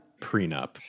Prenup